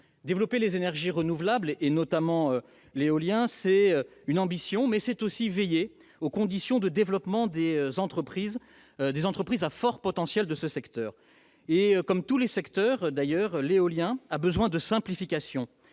Développer les énergies renouvelables, notamment l'éolien, c'est une ambition. Mais c'est aussi un impératif : veiller aux conditions de développement des entreprises à fort potentiel de ce secteur. Or, comme tous les secteurs, l'éolien a besoin de simplification,